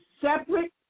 separate